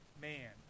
man